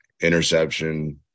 interception